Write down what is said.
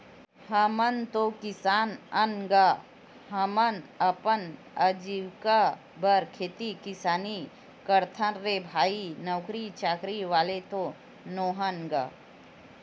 हमन तो किसान अन गा, हमन अपन अजीविका बर खेती किसानी करथन रे भई नौकरी चाकरी वाले तो नोहन गा